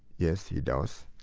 yes, he does.